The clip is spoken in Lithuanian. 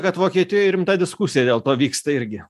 kad vokietijoj rimta diskusija dėl to vyksta irgi